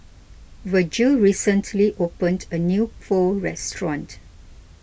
Vergil recently opened a new Pho restaurant